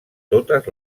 totes